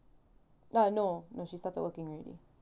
uh no no she started working already